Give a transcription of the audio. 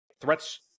threats